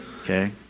Okay